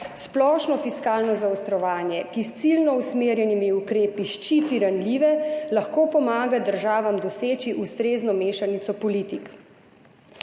Splošno fiskalno zaostrovanje, ki s ciljno usmerjenimi ukrepi ščiti ranljive, lahko pomaga državam doseči ustrezno mešanico politik.